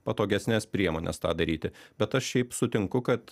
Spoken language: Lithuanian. patogesnes priemones tą daryti bet aš šiaip sutinku kad